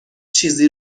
چیزی